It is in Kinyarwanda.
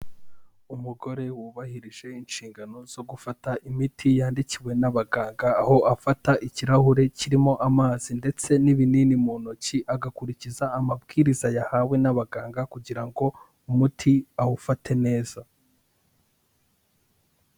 Umugore wubahirije inshingano zo gufata imiti yandikiwe n'abaganga, aho afata ikirahure kirimo amazi ndetse n'ibinini mu ntoki, agakurikiza amabwiriza yahawe n'abaganga, kugira ngo umuti awufate neza.